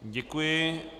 Děkuji.